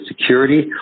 security